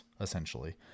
essentially